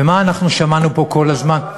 ומה אנחנו שמענו פה כל הזמן,